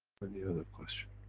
any other question?